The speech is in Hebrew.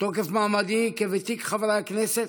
מתוקף מעמדי כוותיק חברי הכנסת,